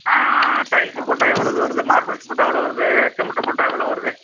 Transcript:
tiles போட்டால் எவ்வளோது வருது மார்பிள்ஸ் போட்டால் எவ்வளோ வருது சிமிண்ட்டு போட்டால் எவ்வளோ வருது